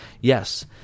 Yes